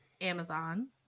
Amazon